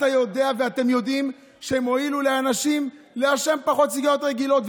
אתה יודע ואתם יודעים שהן הועילו לאנשים לעשן פחות סיגריות רגילות,